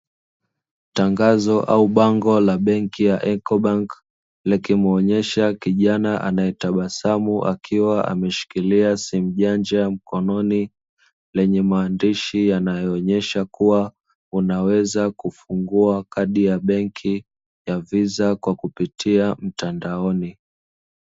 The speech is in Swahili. Tangazo au bango la benki ya "Ecobank", likimuonyesha kijana anayetabasamu akiwa ameshikilia simu janja mkononi, lenye maandishi yanayoonyesha kuwa, unaweza kufungua kadi ya benki ya viza kwa kupitia mtandaoni.